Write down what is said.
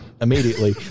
immediately